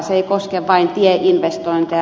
se ei koske vain tieinvestointeja